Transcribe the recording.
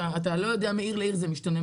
מעיר לעיר זה משתנה,